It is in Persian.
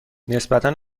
نسبتا